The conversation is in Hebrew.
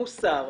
מוסר,